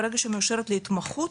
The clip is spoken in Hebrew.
ברגע שהיא מאושרת להתמחות,